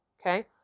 Okay